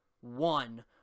one